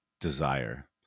desire